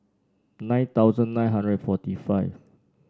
nine thousand nine hundred and forty five